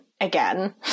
again